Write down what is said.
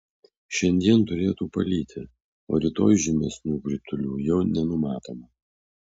šiandien turėtų palyti o rytoj žymesnių kritulių jau nenumatoma